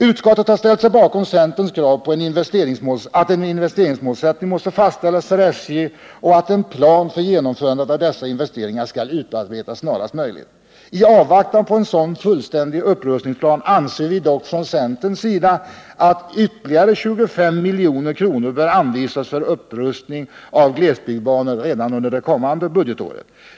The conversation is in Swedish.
Utskottet har ställt sig bakom centerns krav på att en investeringsmålsättning måste fastställas för SJ och att en plan för genomförandet av dessa investeringar skall utarbetas snarast möjligt. I avvaktan på en sådan fullständig upprustningsplan anser vi dock från centerns sida att ytterligare 25 milj.kr. bör anvisas för upprustning av glesbygdsbanor redan under kommande budgetår.